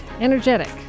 energetic